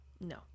no